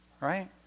Right